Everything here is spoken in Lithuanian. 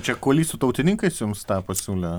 čia kuolys su tautininkais jums tą pasiūlė